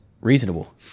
reasonable